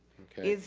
okay.